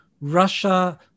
Russia